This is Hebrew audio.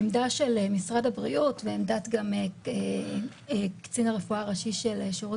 העמדה של משרד הבריאות וגם עמדת קצין הרפואה הראשי של שירות